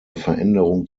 veränderung